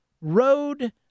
road